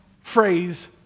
phrase